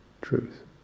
truth